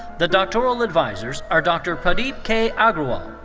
the doctoral advisers are dr. pradeep k. agraiwai.